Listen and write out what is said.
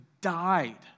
died